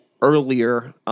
earlier –